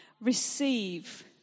receive